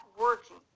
working